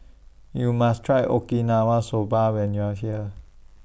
YOU must Try Okinawa Soba when YOU Are here